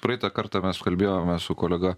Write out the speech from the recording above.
praeitą kartą mes kalbėjome su kolega